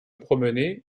promener